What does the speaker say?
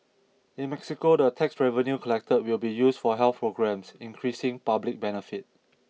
in Mexico the tax revenue collected will be used for health programmes increasing public benefit